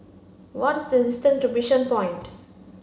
what is the distance to Bishan Point